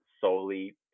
solely